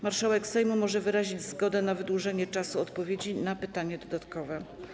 Marszałek Sejmu może wyrazić zgodę na wydłużenie czasu odpowiedzi na pytanie dodatkowe.